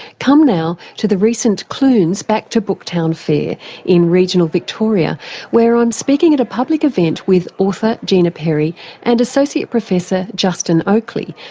come now to the recent clunes back to booktown fair in regional victoria where i'm speaking at a public event with author gina perry and associate professor justin oakley,